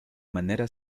manera